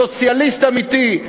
סוציאליסט אמיתי,